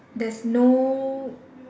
there's no